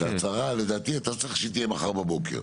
את ההצרה, לדעתי, אתה צריך שתהיה מחר בבוקר.